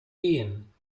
ehen